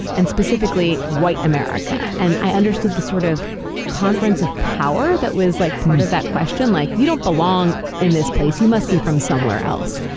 and specifically, white america, and i understood the sort of conference of power that was like part of that question, like you don't belong in this place. you must be from somewhere else.